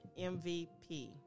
MVP